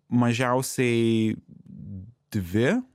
mažiausiai dvi